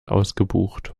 ausgebucht